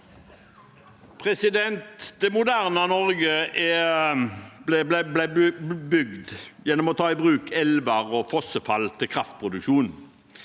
samme. Det moderne Norge ble bygget gjennom å ta i bruk elver og fossefall til kraftproduksjon.